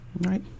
Right